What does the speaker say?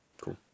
Cool